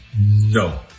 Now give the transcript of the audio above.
No